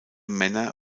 männer